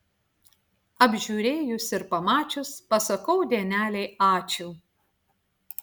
apžiūrėjus ir pamačius pasakau dienelei ačiū